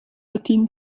latin